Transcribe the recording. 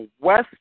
West